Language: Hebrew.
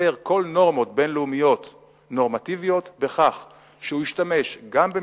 הפר כל נורמות בין-לאומיות נורמטיביות בכך שהוא השתמש גם במסגדים,